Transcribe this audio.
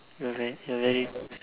you are very you are very